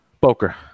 Boker